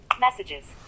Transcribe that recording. Messages